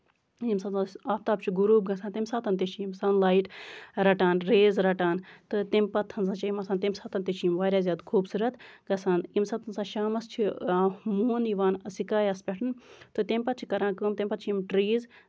ییٚمہِ ساتہٕ اَسہِ آفتاب چھِ غروب گژھان تَمہِ ساتَن تہِ چھِ یِم سَن لایِٹ رَٹان ریز رَٹان تہٕ تَمہِ پَتہٕ ہسا چھِ یِم آسان تَمہِ ساتہٕ تہِ چھِ یِم واریاہ زیادٕ خوٗبصوٗرت گژھان ییٚمہِ ساتہٕ ہسا شامَس چھُ موٗن یِوان سٔکایَس پٮ۪ٹھ تہٕ تَمہِ چھِ کران یِم کٲم تَمہِ پَتہٕ چھِ یِم ٹریٖز